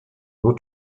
nur